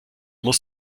muss